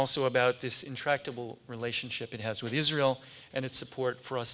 also about this intractable relationship it has with israel and its support for